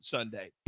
Sunday